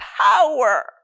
Power